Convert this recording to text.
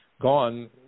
gone